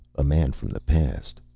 a man from the past.